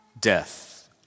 death